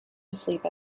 asleep